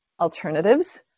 alternatives